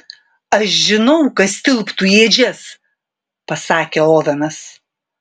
aš žinau kas tilptu į ėdžias pasakė ovenas